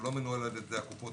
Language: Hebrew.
הוא לא מנוהל על ידי הקופות,